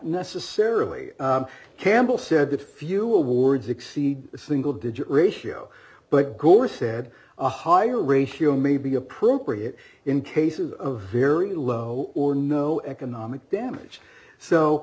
ecessarily campbell said that few awards exceed a single digit ratio but gore said a higher ratio may be appropriate in cases of very low or no economic damage so